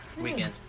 Weekend